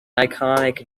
iconic